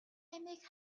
амийг